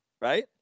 Right